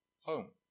home